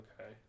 Okay